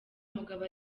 mugabo